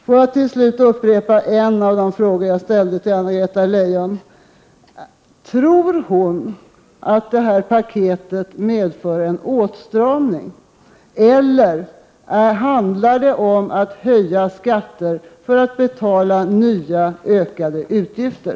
Jag vill till sist upprepa en av de frågor som jag ställde till Anna-Greta Leijon: Tror hon att det här paketet medför en åtstramning, eller handlar det om att höja skatter för att betala nya utgiftsökningar?